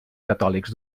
catòlics